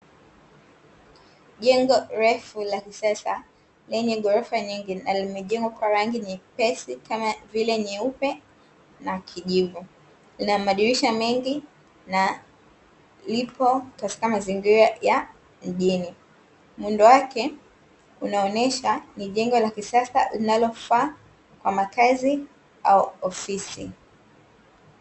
Jengo refu la kisasa lenye ghorofa nyingi na limejengwa na rangi nyepesi kama vile nyeupe na kujivu, lina madirisha mengi na liko katika mazingira ya mjini muundo wake unaonesha ni jengo la kisasa linalofaa kwa makazi au ofisi.